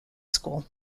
school